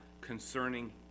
concerning